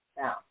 Now